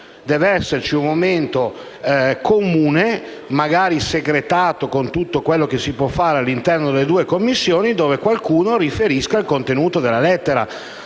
deve esserci un momento comune, magari segretato, con tutto quello che si può fare all'interno delle due Commissioni, dove qualcuno riferisce il contenuto della lettera.